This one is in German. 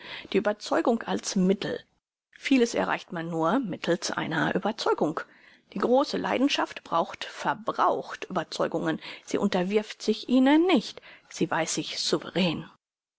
die überzeugung als mittel vieles erreicht man nur mittelst einer überzeugung die große leidenschaft braucht verbraucht überzeugungen sie unterwirft sich ihnen nicht sie weiß sich souverain